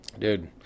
Dude